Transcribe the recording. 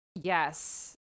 Yes